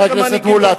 חבר הכנסת מולה,